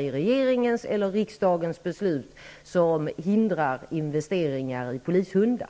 i regeringens eller riksdagens beslut som hindrar investeringar i polishundar.